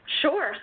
Sure